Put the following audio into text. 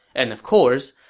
and of course,